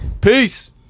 Peace